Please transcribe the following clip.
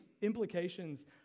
implications